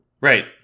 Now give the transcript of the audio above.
right